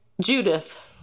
Judith